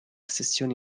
sessioni